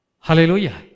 Hallelujah